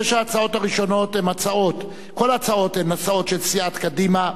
כל שש ההצעות הראשונות הן הצעות של סיעת קדימה,